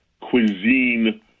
cuisine